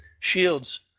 shields